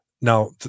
Now